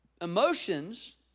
Emotions